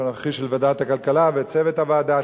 הנוכחי של ועדת הכלכלה ואת צוות הוועדה,